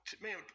man